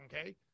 okay